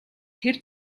тэр